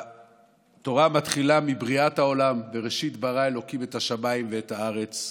והתורה מתחילה מבריאת העולם: "בראשית ברא אלוקים את השמים ואת הארץ".